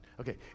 Okay